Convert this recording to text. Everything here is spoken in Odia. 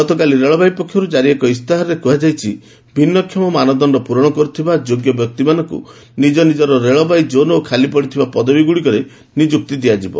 ଗତକାଲି ରେଳବାଇ ପକ୍ଷରୁ ଜାରି ଏକ ଇସ୍ତାହାରରେ କୁହାଯାଇଛି ଭିନ୍ନକ୍ଷମ ମାନଦଣ୍ଡ ପୂରଣ କରୁଥିବା ଯୋଗ୍ୟ ବ୍ୟକ୍ତିମାନଙ୍କୁ ନିଜ ନିଜର ରେଳବାଇ କୋନ୍ ଓ ଖାଲିଥିବା ପଦବୀଗୁଡ଼ିକରେ ନିଯୁକ୍ତି ଦିଆଯିବ